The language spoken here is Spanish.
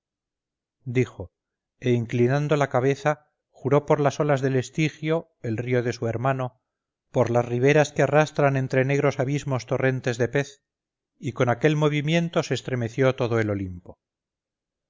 e inclinando la cabeza juró por las olas del estigio el río de su hermano por las riberas que arrastran entre negros abismos torrentes de pez y con aquel movimiento se estremeció todo el olimpo